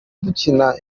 dukina